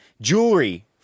jewelry